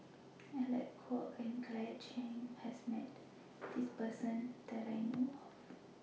Alec Kuok and Claire Chiang has Met This Person that I know of